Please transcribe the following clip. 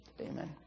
Amen